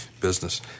business